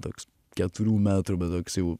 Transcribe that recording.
toks keturių metrų bet toks jau